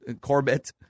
Corbett